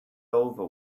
over